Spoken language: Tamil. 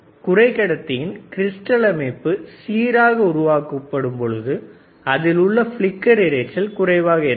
குறைக்கடத்தியின் கிரிஸ்டல் அமைப்பு சீராக உருவாக்கப்படும் பொழுது அதில் ஏற்படும் பிளிக்கர் இரைச்சல் குறைவாக இருக்கும்